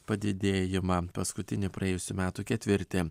padidėjimą paskutinį praėjusių metų ketvirtį